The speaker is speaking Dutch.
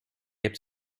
hebt